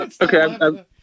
Okay